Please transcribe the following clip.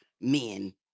men